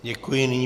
Děkuji.